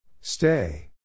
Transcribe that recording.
Stay